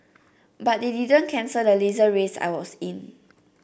but they didn't cancel the Laser race I was in